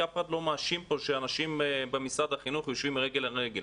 כי אף אחד לא מאשים פה שאנשים במשרד החינוך יושבים רגל על רגל.